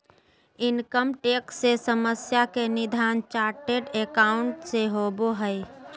income tax से समस्या के निदान चार्टेड एकाउंट से होबो हइ